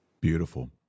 Beautiful